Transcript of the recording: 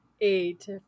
eight